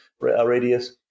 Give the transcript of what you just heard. radius